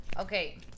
Okay